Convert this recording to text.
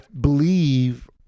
believe